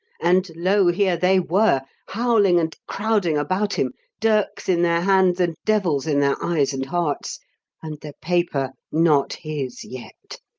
and lo! here they were, howling and crowding about him dirks in their hands and devils in their eyes and hearts and the paper not his yet!